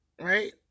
right